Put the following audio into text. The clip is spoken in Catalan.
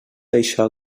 això